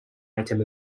item